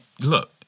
look